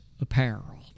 apparel